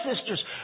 sisters